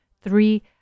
Three